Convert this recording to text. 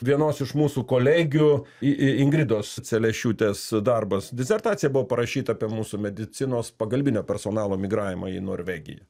vienos iš mūsų kolegių i ingridos celešiūtės darbas disertacija buvo parašyta apie mūsų medicinos pagalbinio personalo migravimą į norvegiją